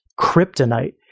kryptonite